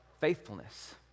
faithfulness